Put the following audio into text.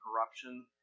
corruption